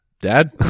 Dad